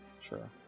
Sure